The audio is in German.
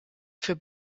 für